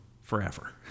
forever